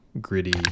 gritty